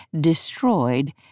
destroyed